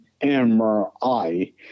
MRI